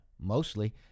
Mostly